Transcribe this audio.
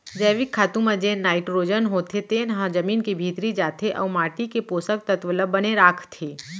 जैविक खातू म जेन नाइटरोजन होथे तेन ह जमीन के भीतरी जाथे अउ माटी के पोसक तत्व ल बने राखथे